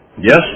Yes